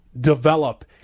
develop